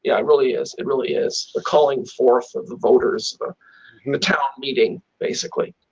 yeah really is. it really is the calling forth of the voters in the town meeting, basically.